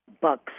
bucks